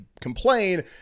complain